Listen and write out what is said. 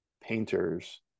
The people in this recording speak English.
painters